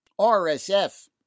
RSF